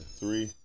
three